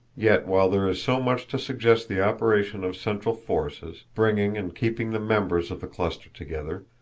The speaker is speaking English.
yet while there is so much to suggest the operation of central forces, bringing and keeping the members of the cluster together,